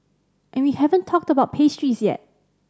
and we haven't talked about pastries yet